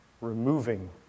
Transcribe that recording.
removing